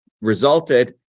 resulted